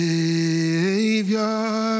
Savior